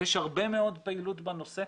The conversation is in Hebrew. יש הרבה מאוד פעילות בנושא.